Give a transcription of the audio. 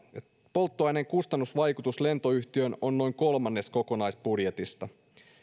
polttoaineen kustannusvaikutus lentoyhtiöön on noin kolmannes kokonaisbudjetista